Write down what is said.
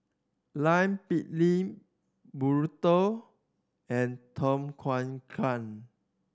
Lime Pickle Burrito and Tom Kha Gai